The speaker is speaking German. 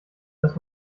dass